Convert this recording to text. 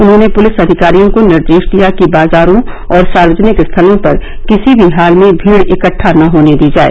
उन्होंने पुलिस अविकारियों को निर्देश दिया कि बाजारों और सार्वजनिक स्थलों पर किसी भी हाल में भीड़ इकट्ठा न होने दी जाए